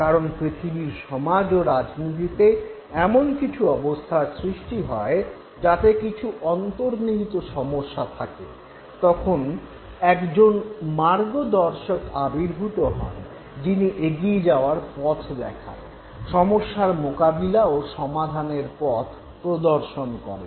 কারন পৃথিবীর সমাজ ও রাজনীতিতে এমন কিছু অবস্থার সৃষ্টি হয় যাতে কিছু অন্তর্নিহিত সমস্যা থাকে তখন একজন মার্গদর্শক আবির্ভূত হন যিনি এগিয়ে যাওয়ার পথ দেখান সমস্যার মোকাবিলা ও সমাধানের পথ প্রদর্শন করেন